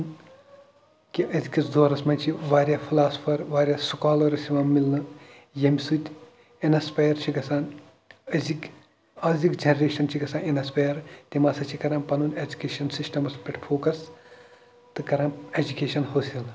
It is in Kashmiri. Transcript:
کہِ أزکِس دورَس منٛز چھِ واریاہ فِلاسفر واریاہ سُکالٲرٕس چھِ یِوان مِلنہٕ ییٚمہِ سۭتۍ اِنسپَیر چھِ گژھان أزِکۍ أزِکۍ جینریشن چھِ گژھان اِنسپِیر تِم ہسا چھِ کران پَنُن ایٚجوٗکیشن سِسٹمَس پٮ۪ٹھ فوکَس تہٕ کران ایٚجوٗکیشن حٲصِل